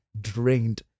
drained